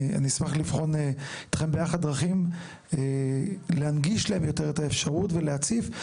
אני אשמח לבחון אתכם ביחד דרכי להנגיש להם יותר את האפשרות ולהציף.